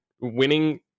winning